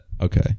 Okay